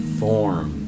form